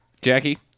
Jackie